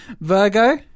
Virgo